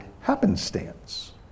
happenstance